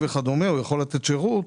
יכול לתת שירות.